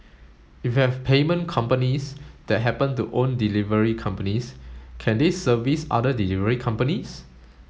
if you have payment companies that happen to own delivery companies can they service other delivery companies